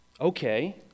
Okay